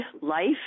life